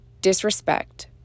disrespect